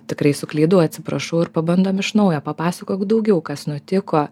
tikrai suklydau atsiprašau ir pabandom iš naujo papasakok daugiau kas nutiko